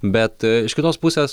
bet iš kitos pusės